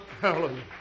Hallelujah